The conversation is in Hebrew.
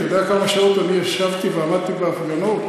אתה יודע כמה שעות אני ישבתי ועמדתי בהפגנות?